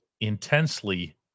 intensely